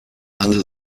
under